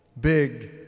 Big